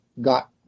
got